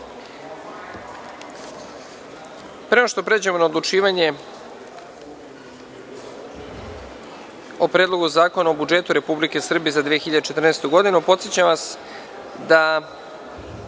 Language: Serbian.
nego što pređemo na odlučivanje o Predlogu zakona o budžetu Republike Srbije za 2014. godinu, podsećam vas da,